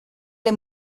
les